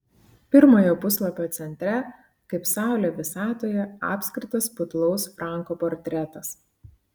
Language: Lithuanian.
pirmojo puslapio centre kaip saulė visatoje apskritas putlaus franko portretas